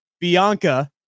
Bianca